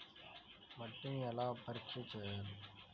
మట్టిని ఎలా పరీక్ష చేయాలి?